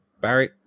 Barry